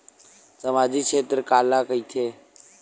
सामजिक क्षेत्र काला कइथे?